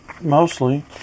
Mostly